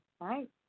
right